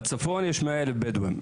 בצפון יש 100,000 בדואים.